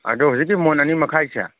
ꯑꯗꯨ ꯍꯧꯖꯤꯛꯀꯤ ꯃꯣꯟ ꯑꯅꯤ ꯃꯈꯥꯏꯁꯦ